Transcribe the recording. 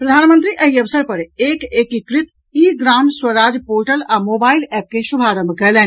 प्रधानमंत्री एहि अवसर पर एक एकीकृत ई ग्राम स्वराज पोर्टल आ मोबाईल एप के शुभारंभ कएलनि